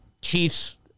Chiefs